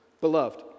Beloved